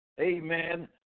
amen